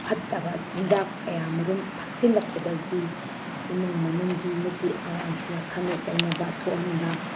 ꯐꯠꯇꯕ ꯆꯤꯟꯖꯥꯛ ꯀꯌꯥꯃꯔꯨꯝ ꯊꯛꯆꯤꯜꯂꯛꯄꯗꯒꯤ ꯏꯃꯨꯡ ꯃꯅꯨꯡꯒꯤ ꯅꯨꯄꯤ ꯑꯉꯥꯡꯁꯤꯡꯒ ꯈꯟꯅ ꯆꯩꯅꯕ ꯊꯣꯛꯍꯟꯕ